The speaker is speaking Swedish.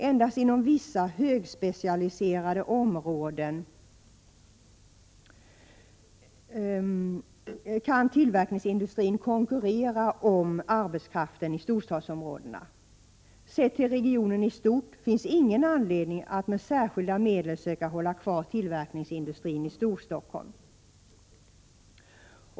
Endast inom vissa högspecialiserade områden kan tillverkningsindustrin konkurrera om arbetskraften i storstadsområdena. Sett till regionen i stort finns ingen anledning att med särskilda medel söka hålla kvar tillverkningsindustri i Storstockholm.